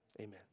Amen